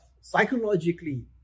psychologically